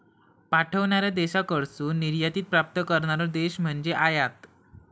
पाठवणार्या देशाकडसून निर्यातीत प्राप्त करणारो देश म्हणजे आयात